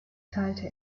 teilte